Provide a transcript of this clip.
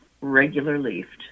regular-leafed